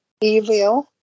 evil